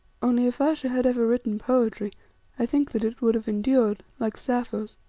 only if ayesha had ever written poetry i think that it would have endured, like sappho's.